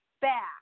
back